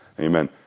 Amen